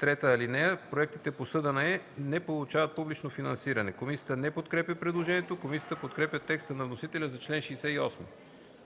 (3) Проектите по СДНЕ не получават публично финансиране.” Комисията не подкрепя предложението. Комисията подкрепя текста на вносителя за чл. 68.